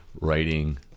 writing